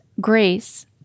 grace